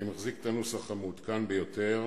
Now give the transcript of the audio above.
אני מחזיק את הנוסח המעודכן ביותר,